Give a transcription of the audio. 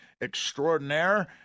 extraordinaire